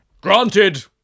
Granted